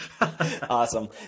Awesome